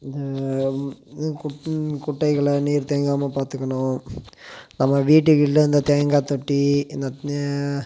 இந்த குட்டைகளை நீர் தேங்காமல் பார்த்துக்கணும் நம்ம வீட்டுக்குள்ளே அந்த தேங்காய்த் தொட்டி இந்த